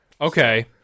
Okay